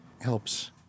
helps